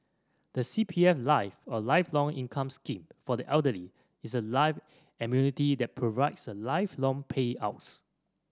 the C P F Life or Lifelong Income Scheme for the Elderly is a life annuity that provides lifelong payouts